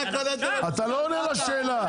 אתה לא עונה לשאלה.